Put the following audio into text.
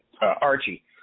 Archie